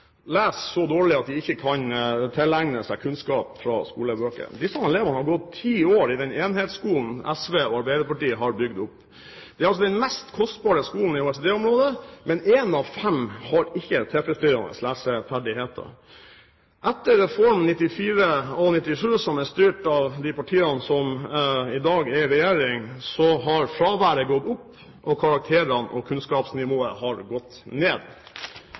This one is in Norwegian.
så dårlig at de ikke kan tilegne seg kunnskap fra skolebøkene. Disse elevene har gått ti år i den enhetsskolen SV og Arbeiderpartiet har bygd opp. Det er den mest kostbare skolen i OECD-området, men én av fem har ikke tilfredsstillende leseferdigheter. Etter Reform 94 og Reform 97, som er styrt av de partiene som i dag er i regjering, har fraværet gått opp, og karakterene og kunnskapsnivået har gått ned.